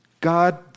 God